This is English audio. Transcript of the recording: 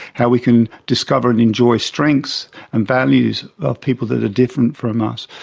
how we can discover and enjoy strengths and values of people that are different from us.